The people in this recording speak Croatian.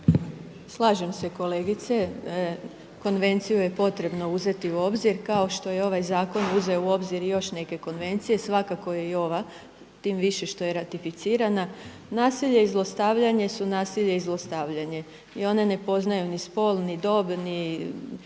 Slažem se kolegice, konvenciju je potrebno uzeti u obzir kao što je ovaj zakon uzeo u obzir i još neke konvencije, avakako je i ova tim više što je ratificirana. Nasilje i zlostavljanje su nasilje i zlostavljanje i one ne poznaju ni spol, ni dob, ni